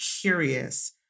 curious